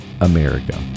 America